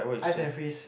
ice and freeze